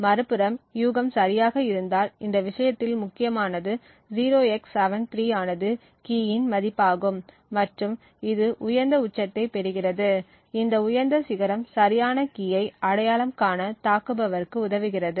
மறுபுறம் யூகம் சரியாக இருந்தால் இந்த விஷயத்தில் முக்கியமானது 0x73 ஆனது கீ இன் மதிப்பாகும் மற்றும் இது உயர்ந்த உச்சத்தை பெறுகிறது இந்த உயர்ந்த சிகரம் சரியான கீ ஐ அடையாளம் காண தாக்குபவருக்கு உதவுகிறது